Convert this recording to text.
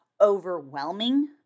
overwhelming